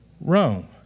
Rome